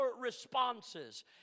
responses